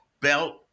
belt